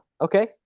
Okay